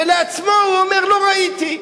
ולעצמו הוא אומר: לא ראיתי.